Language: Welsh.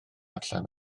allan